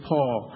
Paul